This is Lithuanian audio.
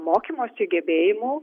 mokymosi gebėjimų